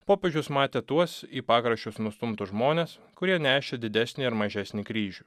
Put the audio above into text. popiežius matė tuos į pakraščius nustumtus žmones kurie nešė didesnį ar mažesnį kryžių